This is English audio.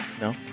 No